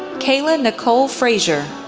kaela nicole frazier,